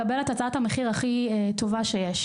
יש לפנות לכמה בנקים ולקבל את הצעת המחיר הכי טובה שיש.